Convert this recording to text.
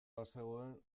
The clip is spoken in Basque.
bazegoen